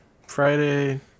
Friday